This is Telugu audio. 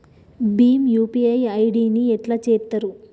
భీమ్ యూ.పీ.ఐ ఐ.డి ని ఎట్లా చేత్తరు?